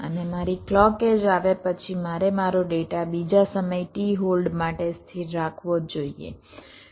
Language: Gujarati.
અને મારી ક્લૉક એડ્જ આવે પછી મારે મારો ડેટા બીજા સમય t હોલ્ડ માટે સ્થિર રાખવો જ જોઇએ